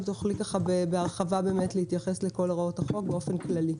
אם תוכלי להתייחס בהרחבה לכל הוראות החוק באופן כללי.